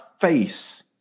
face